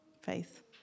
faith